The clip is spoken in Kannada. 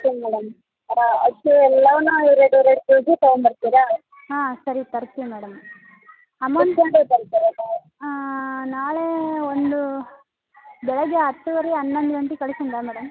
ಸರಿ ಮೇಡಮ್ ಹಾಂ ಸರಿ ತರಿಸ್ತಿವಿ ಮೇಡಮ್ ಅಮೌಂಟ್ ತ ನಾಳೆ ಒಂದು ಬೆಳಗ್ಗೆ ಹತ್ತುವರೆ ಹನ್ನೊಂದು ಗಂಟೆಗೆ ಕಳಿಸ್ತಿನಿ ಮೇಡಮ್